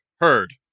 heard